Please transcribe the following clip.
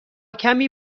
کمی